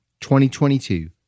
2022